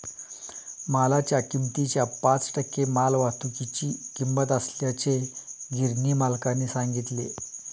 मालाच्या किमतीच्या पाच टक्के मालवाहतुकीची किंमत असल्याचे गिरणी मालकाने सांगितले